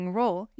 role